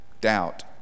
doubt